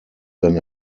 than